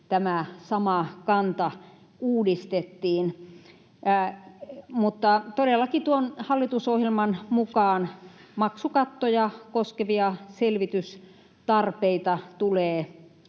tämä sama kanta uudistettiin. Mutta todellakin hallitusohjelman mukaan maksukattoja koskevia selvitystarpeita tulee